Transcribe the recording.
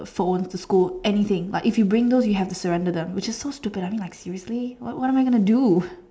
phones to school anything but if you bring those you have to surrender them which is so stupid I mean like seriously what what am I gonna to do